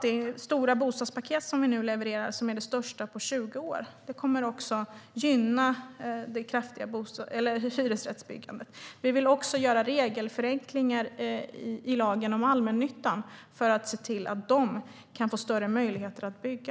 Det stora bostadspaket som vi nu levererar och som är det största på 20 år kommer också att gynna hyresrättsbyggandet. Vi vill också göra regelförenklingar i lagen om allmännyttan för att se till att de allmännyttiga bolagen kan få större möjligheter att bygga.